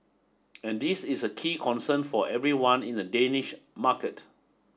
and this is a key concern for everyone in the Danish market